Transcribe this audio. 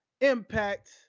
Impact